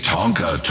Tonka